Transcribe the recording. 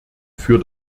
für